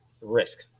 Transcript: risk